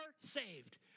saved